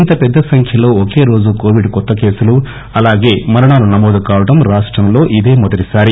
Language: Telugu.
ఇంత పెద్ద సంఖ్యలో ఒకే రోజు కోవిడ్ కొత్త కేసులు అలాగే మరణాలు నమోదు కావటం రాష్టంలో ఇదే మొదటి సారి